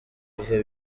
bihe